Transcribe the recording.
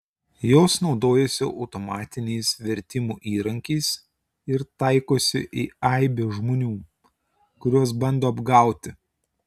jos naudojasi automatiniais vertimų įrankiais ir taikosi į aibę žmonių kuriuos bando apgauti